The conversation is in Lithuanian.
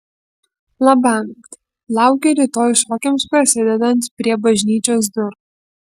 labanakt laukiu rytoj šokiams prasidedant prie bažnyčios durų